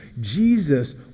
jesus